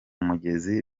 mugezi